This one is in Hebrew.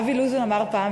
אבי לוזון אמר פעם,